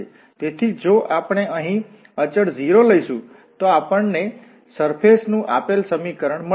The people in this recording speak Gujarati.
તેથી જો આપણે અહીં અચલ 0 લઈશું તો આપણને સરફેશ નું આપેલ સમીકરણ મળશે